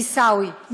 עיסאווי.